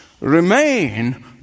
remain